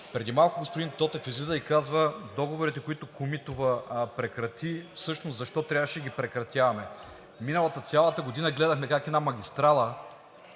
Преди малко господин Тотев излиза и казва: договорите, които Комитова прекрати, всъщност защо трябваше да ги прекратяваме. Миналата цялата година гледахме как една магистрала